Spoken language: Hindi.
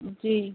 जी